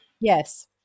Yes